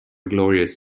glorious